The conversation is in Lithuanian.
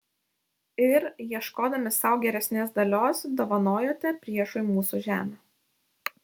ir ieškodami sau geresnės dalios dovanojote priešui mūsų žemę